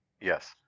Yes